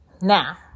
Now